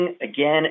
again